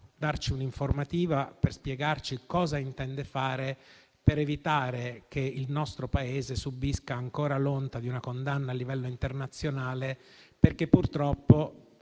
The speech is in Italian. rendere un'informativa per spiegarci cosa intende fare per evitare che il nostro Paese subisca ancora l'onta di una condanna a livello internazionale perché purtroppo